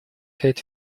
had